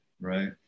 Right